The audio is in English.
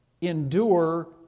endure